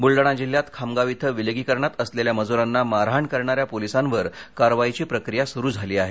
बुलडाणा जिल्हयात खामगाव इथं विलगीकरणात असलेल्या मजुरांना मारहाण करणाऱ्या पोलीसांवर कारवाईची प्रक्रिया सुरू झाली आहे